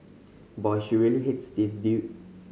boy she really hates this dude